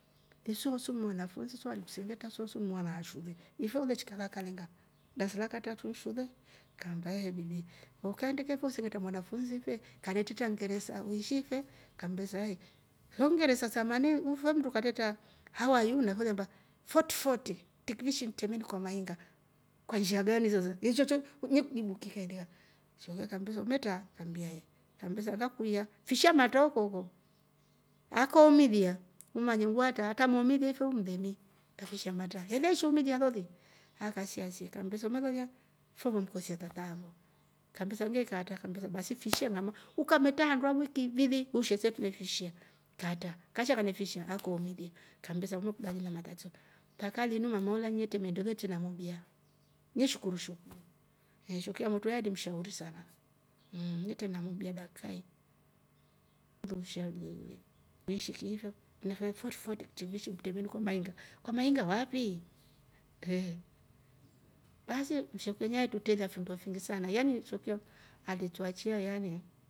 Isoosu ni mwanafunsi so alikusengetra soosu ni mwana ashule ife ulechika lakalinga? Darasa la ka tratu shule, akaamba he bibi okaindika kanetreta kingeresa uishi ife kammbesa ehe nlo kingeresa samani mndu akatreta "how are you" nafe uliamba foti foti tikirishi temediko mainga kwa njia gani sasa, nchoocho ni kujibu kihediya shekuyo akambesa umatra kambia eeh ngambesa ngakuiya fisha matra oh koko akoomilia umanye watra yakoomilia ife u mlemi kafishia matra, ele eshuumilia loli akasia si kambesa umelolya ife ulimkosea tata afo kambesa neka atra basi fishia ukametraa handu a viti ivili ushe se trune fishia ngatra ngasha ngane fishia akoomilie, kambesa umekubali na matatiso mpaka linu mama ulya netre maendeleo etre na mobia neshukuru shekuyo na shekuyo amotru naeli mshauri sana mmm netre na mobia dakikayi ndo ushauri weni foti foti tikirishi temediko mainga kwa wapii? Basi shekuyo avetruteelia finndo fingi sana yan i shekuyo alituachia yan.